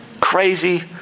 crazy